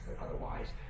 otherwise